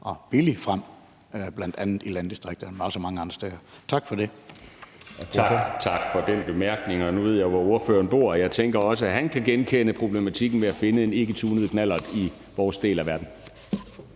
og billigt frem, bl.a. i landdistrikterne, men også mange andre steder. Tak for det.